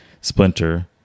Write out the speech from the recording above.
Splinter